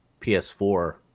PS4